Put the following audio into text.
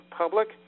public